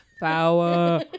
Power